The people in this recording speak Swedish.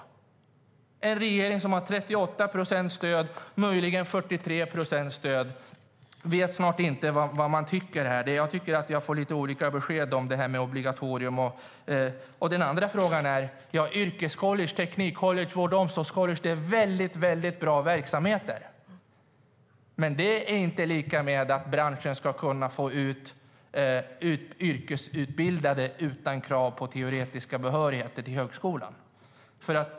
I den nuvarande regeringen, som har 38 procents stöd, möjligen 43, vet man snart inte vad man tycker. Jag tycker att jag får lite olika besked om det här med obligatorium. Yrkescollege, teknikcollege och vård och omsorgscollege är väldigt bra verksamheter. Men det är inte lika med att branschen kan få ut yrkesutbildade elever utan krav på teoretisk behörighet till högskolan.